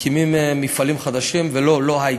מקימים מפעלים חדשים, ולא, לא היי-טק.